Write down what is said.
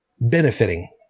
benefiting